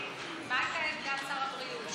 איציק, מה הייתה עמדת שר הבריאות?